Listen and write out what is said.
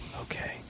Okay